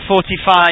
45